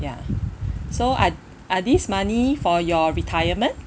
ya so are are this money for your retirement